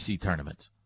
tournament